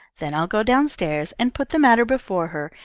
then i'll go down-stairs and put the matter before her,